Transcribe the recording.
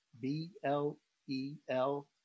B-L-E-L